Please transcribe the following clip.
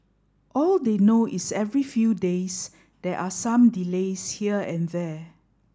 all they know is every few days there are some delays here and there